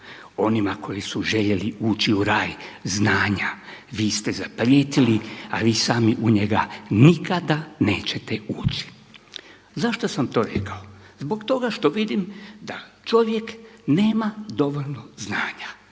onima koji su željeli ući u raj znanja, vi ste zaprijetili, a vi sami u njega nikada nećete ući“. Zašto sam to rekao? Zbog toga što vidim da čovjek nema dovoljno znanja